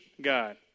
God